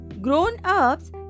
Grown-ups